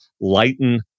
lighten